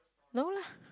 no lah